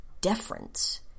deference